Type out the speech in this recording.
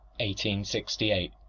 1868